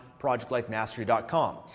projectlifemastery.com